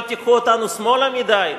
אל תיקחו אותנו שמאלה מדי?